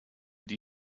die